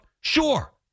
sure